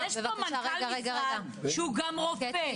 יש פה מנכ"ל משרד שהוא גם רופא.